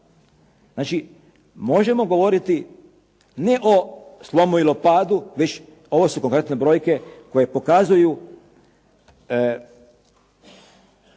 Znači, možemo govoriti ne o slomu ili o padu već ovo su konkretne brojke koje pokazuju